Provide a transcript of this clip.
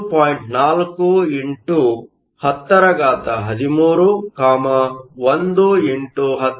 4 x 1013 1 x 1010 2